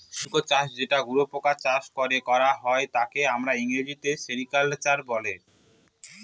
silk চাষ যেটা শুয়োপোকা চাষ করে করা হয় তাকে আমরা ইংরেজিতে সেরিকালচার বলে